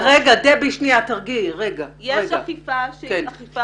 רגע, דבי, תרגיעי, שנייה.